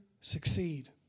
succeed